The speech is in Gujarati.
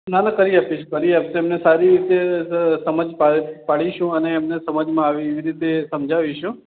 ના ના કરી આપીશ કરી આપીશ એમને સારી રીતે સમજ પાડ પાડીશું અને એમને સમજમાં આવે એવી રીતે સમજાવીશું